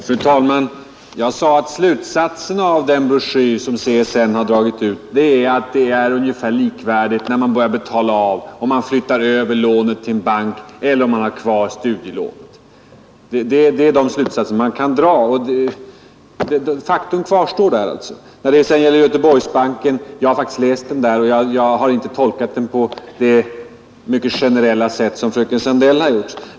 Fru talman! Jag sade att slutsatsen av den broschyr som CSN har givit ut är att det är ungefär likvärdigt, när man börjar betala av, om man flyttar över lånet till en bank eller om man har kvar studielånet. Det är de slutsatser som kan dras; det faktum kvarstår alltså. När det sedan gäller Göteborgs banks informationsbroschyr, så har jag faktiskt läst den, och jag har inte tolkat den på det mycket generella sätt som fröken Sandell har gjort.